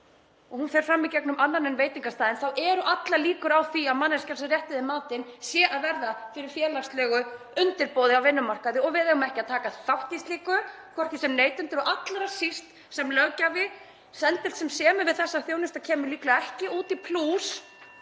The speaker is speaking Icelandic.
og hún fer fram í gegnum annan en veitingastaðinn þá eru allar líkur á því að manneskjan sem réttir þér matinn sé að verða fyrir félagslegu undirboði á vinnumarkaði og við eigum ekki að taka þátt í slíku, hvorki sem neytendur og allra síst sem löggjafi. Sendill sem semur við þessa þjónustu kemur líklega ekki út í plús